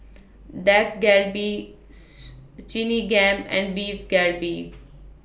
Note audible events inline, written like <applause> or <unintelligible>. Dak Galbi <unintelligible> and Beef Galbi